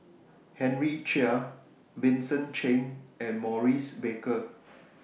Henry Chia Vincent Cheng and Maurice Baker